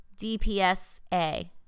DPSA